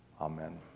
Amen